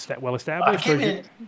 well-established